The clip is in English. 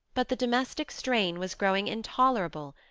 but the domestic strain was growing intolerable,